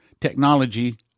technology